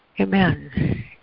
Amen